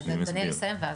דניאל יסיים ואז.